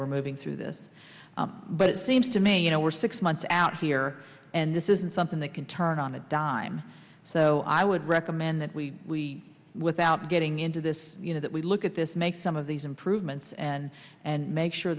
were moving through this but it seems to me you know we're six months out here and this isn't something that can turn on a dime so i would recommend that we without getting into this you know that we look at this make some of these improvements and and make sure